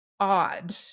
Odd